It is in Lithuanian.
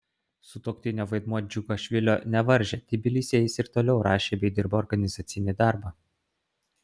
sutuoktinio vaidmuo džiugašvilio nevaržė tbilisyje jis ir toliau rašė bei dirbo organizacinį darbą